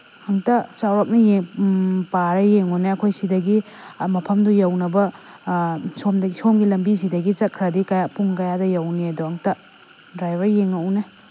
ꯑꯝꯇ ꯆꯧꯔꯥꯛꯅ ꯄꯥꯔ ꯌꯦꯡꯉꯨꯅꯦ ꯑꯩꯈꯣꯏ ꯁꯤꯗꯒꯤ ꯑꯥ ꯃꯐꯝꯗꯨ ꯌꯧꯅꯕ ꯁꯣꯝꯒꯤ ꯂꯝꯕꯤꯁꯤꯗꯒꯤ ꯆꯠꯈ꯭ꯔꯗꯤ ꯄꯨꯡ ꯀꯌꯥꯗ ꯌꯧꯅꯤꯗꯣ ꯑꯝꯇ ꯗ꯭ꯔꯥꯏꯚꯔ ꯌꯦꯡꯉꯛꯎꯅꯦ